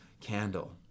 candle